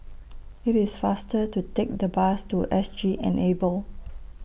IT IS faster to Take The Bus to S G Enable